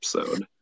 episode